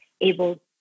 able